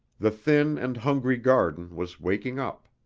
the thin and hungry garden was waking up.